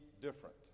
different